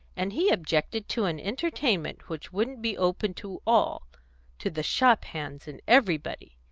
and he objected to an entertainment which wouldn't be open to all to the shop hands and everybody.